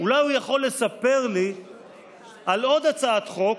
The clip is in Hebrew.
אולי הוא יכול לספר לי על עוד הצעת חוק,